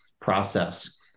process